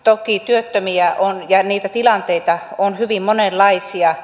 toki työttömiä on ja niitä tilanteita on hyvin monenlaisia